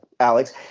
Alex